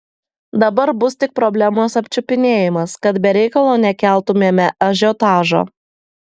dabar bus tik problemos apčiupinėjimas kad be reikalo nekeltumėme ažiotažo